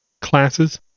classes